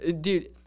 dude